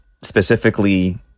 specifically